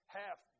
half